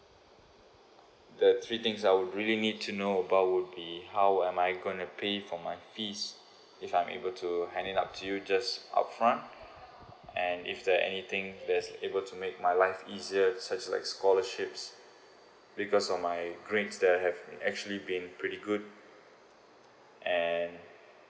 the three things I would really need to know about would be how am I gonna pay for my fees if I'm able to hand it up you just upfront and is there anything there's able to make my life easier such as scholarships because of my grade that have actually been pretty good and